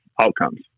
outcomes